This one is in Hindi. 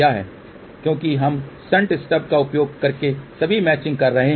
क्योंकि हम शंट स्टब का उपयोग करके सभी मैचिंग कर रहे हैं